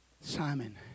Simon